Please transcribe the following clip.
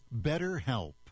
BetterHelp